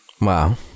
Wow